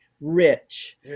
rich